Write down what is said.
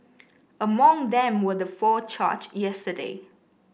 among them were the four charged yesterday